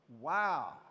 Wow